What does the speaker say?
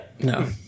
no